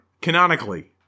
Canonically